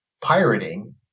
pirating